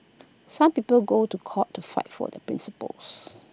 some people go to court to fight for their principles